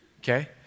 Okay